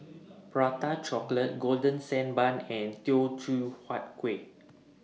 Prata Chocolate Golden Sand Bun and Teochew Huat Kueh